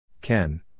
Ken